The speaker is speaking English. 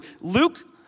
Luke